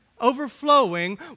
overflowing